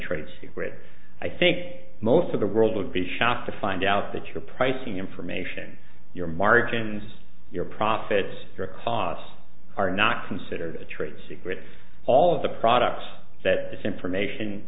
trade secret i think most of the world would be shocked to find out that your pricing information your margins your profits your costs are not considered a trade secret all of the products that this information